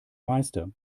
meister